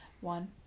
One